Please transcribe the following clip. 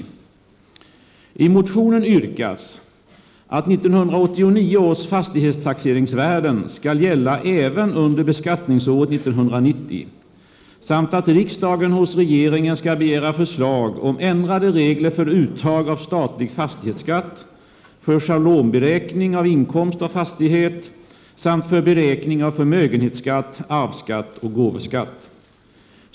I motionen yrkas att 1989 års fastighetstaxeringsvärden skall gälla även under beskattningsåret 1990 samt att riksdagen hos regeringen skall begära förslag om ändrade regler för uttag av statlig fastighetsskatt, för schablonberäkning av inkomst av fastighet samt för beräkning av förmögenhetsskatt, arvsskatt och gåvoskatt.